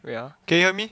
can hear me